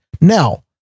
Now